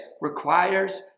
requires